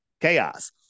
chaos